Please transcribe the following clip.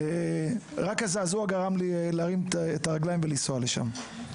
רק הזעזוע גרם לי להרים את הרגליים ולנסוע לשם.